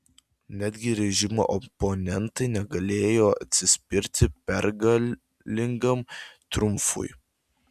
netgi režimo oponentai negalėjo atsispirti pergalingam triumfui